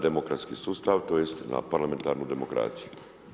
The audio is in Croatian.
demokratski sustav tj. na parlamentarnu demokraciju.